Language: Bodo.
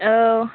औ